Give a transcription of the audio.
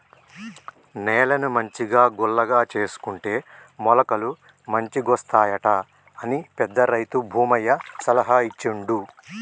నేలను మంచిగా గుల్లగా చేసుకుంటే మొలకలు మంచిగొస్తాయట అని పెద్ద రైతు భూమయ్య సలహా ఇచ్చిండు